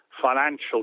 Financial